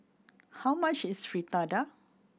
how much is Fritada